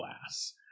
glass